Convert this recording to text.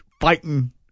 fighting